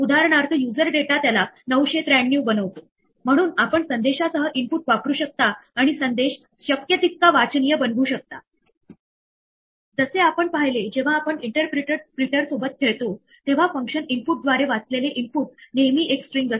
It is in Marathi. उदाहरणार्थ जर आपण ज्याची व्हॅल्यू अपरिभाषित आहे असे एखादे नाव वापरले तर आपल्याला पायथॉन कडून असा संदेश मिळेल की हे नाव परिभाषित केलेले नाही आणि आपल्याला सुरुवातीला असा एक कोट देखील मिळेल जे म्हणेल की ही एक नेम एरर आहे